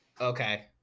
Okay